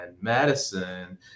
Madison